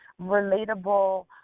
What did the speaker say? relatable –